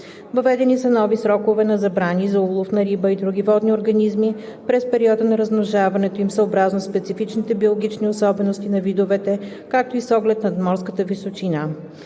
Въведени са нови срокове на забрани за улов на риба и други водни организми през периода на размножаването им съобразно специфичните биологични особености на видовете, както и с оглед надморската височина.